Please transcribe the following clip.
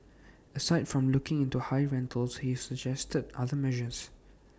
aside from looking into high rentals he suggested other measures